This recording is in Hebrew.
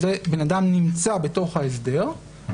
בן אדם נמצא בתוך ההסדר,